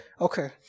Okay